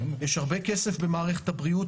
יש הרבה כסף במערכת הבריאות,